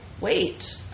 Wait